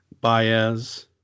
Baez